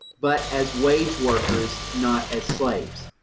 but as wage workers, not as slaves.